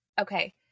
Okay